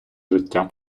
життя